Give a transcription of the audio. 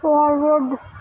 forward